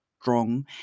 strong